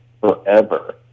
forever